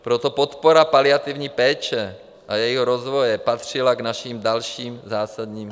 Proto podpora paliativní péče a jejího rozvoje patřila k našim dalším zásadním tématům.